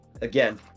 Again